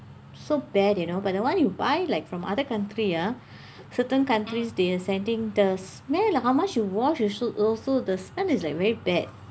so bad you know but the [one] you buy like from other country ah certain countries they the smell ah how much you wash also the smell is like very bad